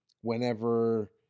whenever